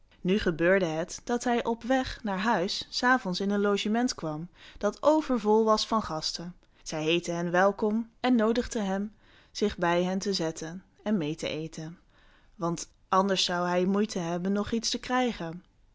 nu gebeurde het dat hij op weg naar huis s avonds in een logement kwam dat overvol was van gasten zij heetten hem welkom en noodigden hem zich bij hen te zetten en meê te eten want anders zou hij moeite hebben nog iets te krijgen